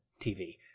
TV